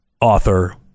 author